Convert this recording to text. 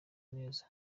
neza